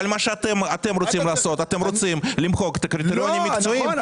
אבל אתם רוצים למחוק את הקריטריונים המקצועיים